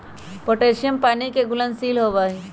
potassium पानी के घुलनशील होबा हई